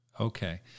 Okay